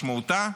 משמעותה?